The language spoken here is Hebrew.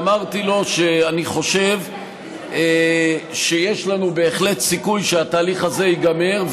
ואמרתי לו שאני חושב שיש לנו בהחלט סיכוי שהתהליך הזה ייגמר,